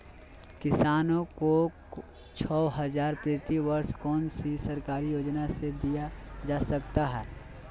किसानों को छे हज़ार प्रति वर्ष कौन सी सरकारी योजना से दिया जाता है?